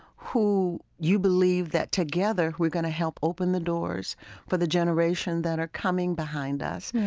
who you believe that together we're going to help open the doors for the generation that are coming behind us,